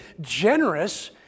generous